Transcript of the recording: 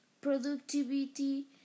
productivity